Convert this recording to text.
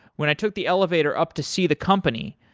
when i took the elevator up to see the company,